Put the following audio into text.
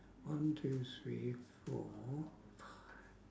one two three four five